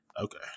okay